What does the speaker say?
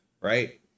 right